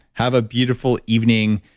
have a beautiful evening.